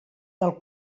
del